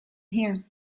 here